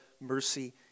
mercy